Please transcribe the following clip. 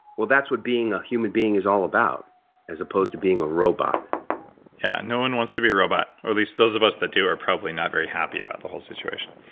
well that's what being a human being is all about as opposed to being a robot yeah no one wants to be a robot. or at least those of us that do are probably not very happy about the whole situation